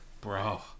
Bro